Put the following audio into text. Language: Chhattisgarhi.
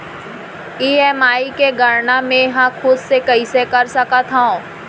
ई.एम.आई के गड़ना मैं हा खुद से कइसे कर सकत हव?